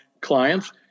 clients